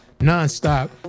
non-stop